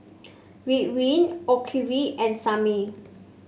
Ridwind Ocuvite and Sebamed